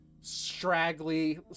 straggly